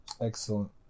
excellent